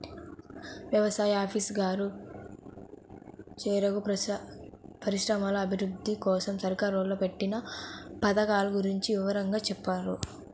యవసాయ ఆఫీసరు గారు చెరుకు పరిశ్రమల అభిరుద్ధి కోసరం సర్కారోళ్ళు పెట్టిన పథకాల గురించి వివరంగా చెప్పారు